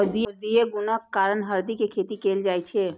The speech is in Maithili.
औषधीय गुणक कारण हरदि के खेती कैल जाइ छै